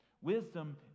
Wisdom